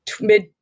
mid